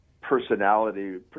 personality